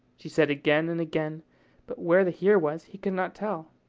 she said again and again but where the here was he could not tell.